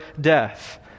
death